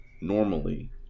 normally